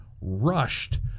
rushed